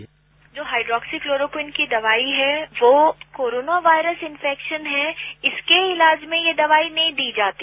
sound bite जो hydroxychloroquine की दवाई है वो कोरोना वायरस इंफेक्शन है इसके इलाज में यह दवाई नहीं दी जाती